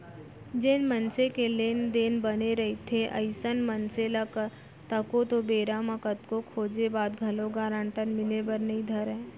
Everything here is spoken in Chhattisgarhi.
जेन मनसे के लेन देन बने रहिथे अइसन मनसे ल तको तो बेरा म कतको खोजें के बाद घलोक गारंटर मिले बर नइ धरय